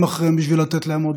עוד